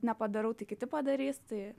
nepadarau tai kiti padarys tai